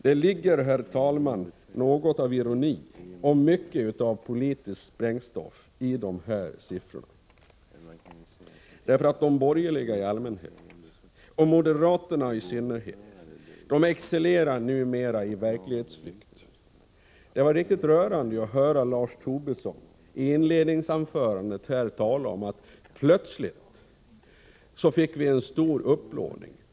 Det ligger, herr talman, något av ironi och mycket av politiskt sprängstoff i dessa siffror, eftersom de borgerliga i allmänhet, och moderaterna i synnerhet, excellerar numera i verklighetsflykt. Det var riktigt rörande att höra Lars Tobisson i sitt inledningsanförande tala om att man plötsligt fick en stor upplåning.